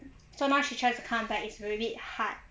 so now she try to come back it's a little bit hard